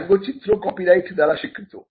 ব্যঙ্গচিত্র copyright দ্বারা স্বীকৃত